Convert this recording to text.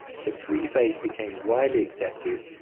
so three phase became widely accepted,